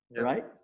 right